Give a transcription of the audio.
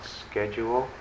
schedule